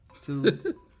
two